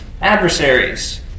adversaries